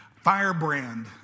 firebrand